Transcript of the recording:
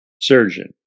surgeon